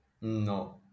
No